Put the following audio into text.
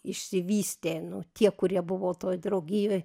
išsivystė nu tie kurie buvo toj draugijoj